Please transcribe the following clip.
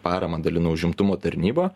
paramą dalino užimtumo tarnyba